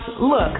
look